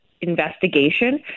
investigation